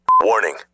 Warning